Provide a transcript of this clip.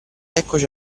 eccoci